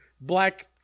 black